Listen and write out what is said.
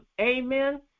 Amen